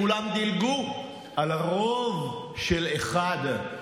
כולם דיברו על רוב של אחד.